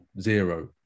zero